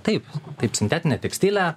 taip taip sintetinė tekstilė